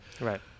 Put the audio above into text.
right